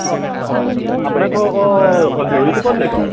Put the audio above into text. অঁ আপোনাৰ ঘৰ অঁ জৰিটুপত নেকি বাৰ